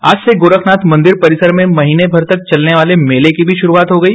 आज से गोरखनाथ मंदिर परिसर में महीने भर तक चलने वाले मेले की भी शुरूआत हो गयी